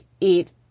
eat